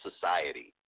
society